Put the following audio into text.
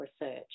research